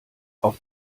auf